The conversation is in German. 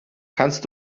kannst